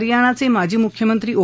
हरियाणचे माजी मुख्यमंत्री ओ